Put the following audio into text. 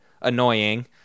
annoying